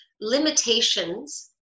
limitations